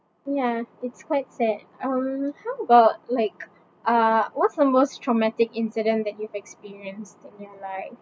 ya it's quite sad um how about like uh what's the most traumatic incident that you've experienced I mean like